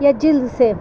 یا جلد سے